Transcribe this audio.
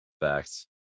Facts